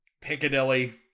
Piccadilly